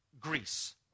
Greece